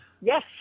Yes